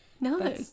No